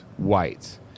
white